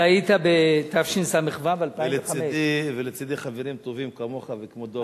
אתה היית בתשס"ו 2005. ולצדי חברים טובים כמוך וכמו דב,